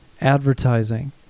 advertising